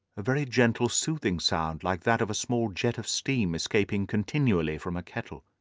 a very gentle, soothing sound, like that of a small jet of steam escaping continually from a kettle.